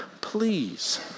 Please